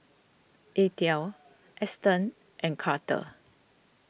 Eathel Eston and Carter